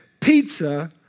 pizza